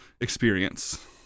experience